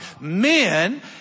men